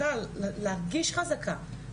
ובכלל להחזיק חזקה.